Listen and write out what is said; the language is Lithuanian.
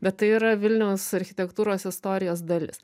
bet tai yra vilniaus architektūros istorijos dalis